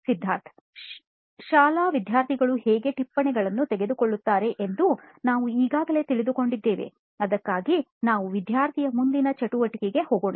ಸಿದ್ಧಾರ್ಥ್ ಶಾಲಾ ವಿದ್ಯಾರ್ಥಿಗಳು ಹೇಗೆ ಟಿಪ್ಪಣಿಗಳನ್ನು ತೆಗೆದುಕೊಳ್ಳುತ್ತಾರೆ ಎಂದು ನಾವು ಈಗಾಗಲೇ ತಿಳಿದುಕೊಂಡಿದ್ದೇವೆ ಅದಕ್ಕಾಗಿ ನಾವು ವಿದ್ಯಾರ್ಥಿಯ ಮುಂದಿನ ಚಟುವಟಿಕೆಗೆ ಹೋಗೋಣ